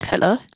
Hello